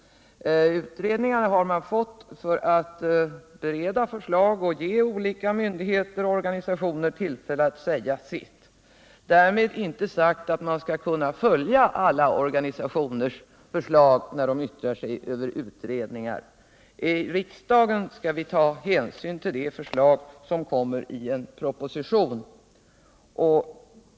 Utredningar har man för att bereda förslag och ge olika myndigheter och organisationer tillfälle att säga sitt — därmed inte sagt att man kan följa alla organisationers yttranden över utredningar. I riksdagen skall vi ta ställning till det förslag som kommer i form av en proposition.